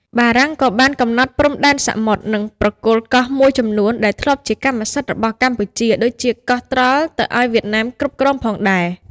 បារាំងក៏បានកំណត់ព្រំដែនសមុទ្រ និងប្រគល់កោះមួយចំនួនដែលធ្លាប់ជាកម្មសិទ្ធិរបស់កម្ពុជា (ដូចជាកោះត្រល់) ទៅឱ្យវៀតណាមគ្រប់គ្រងផងដែរ។